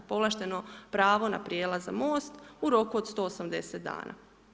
Povlašteno pravo na prijelaza most, u roku od 180 dana.